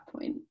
point